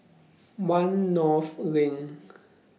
one North LINK